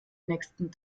nächsten